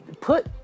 Put